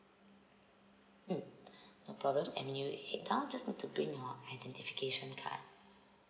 mm no problem when you head down just need to bring your identification card